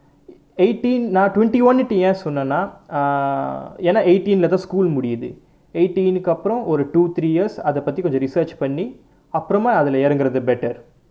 eighteen னா:naa twenty one னு ஏன் சொல்லுளேனா:nu yaen sollulaenaa naa err ஏனா:yaenaa eighteen leh தான்:thaan school முடிது:mudithu eighteen கு அப்புறம் ஒரு:ku appuram oru two three yars அதை பத்தி:athai pathi research பண்ணி அப்புறமா அதுலை இறங்குறது:panni appuramaa athulai irangurathu better